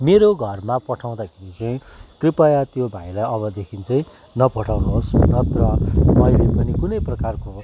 मेरो घरमा पठाउँदाखेरि चाहिँ कृपया त्यो भाइलाई अबदेखि चाहिँ नपठाउनुहोस् नत्र मैले पनि कुनै प्रकारको